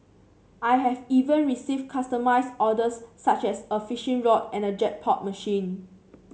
I have even receive customised orders such as a fishing rod and a jackpot machine